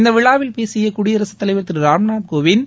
இந்த விழாவில் பேசிய குடியரசு தலைவர் திரு ராம்நாத் கோவிந்த்